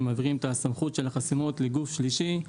והם מעבירים את הסמכות של החסימות לגוף שלישי.